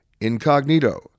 Incognito